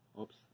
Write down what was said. Oops